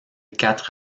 quatre